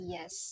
Yes